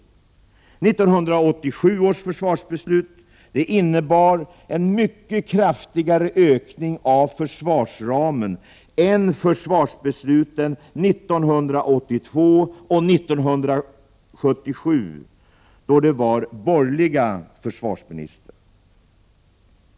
1987 års försvarsbeslut innebar en mycket kraftigare ökning av försvarsramen än försvarsbesluten 1982 och 1977, då vi hade borgerliga försvarsministrar.